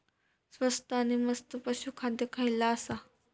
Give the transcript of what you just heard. स्वस्त आणि मस्त पशू खाद्य खयला आसा?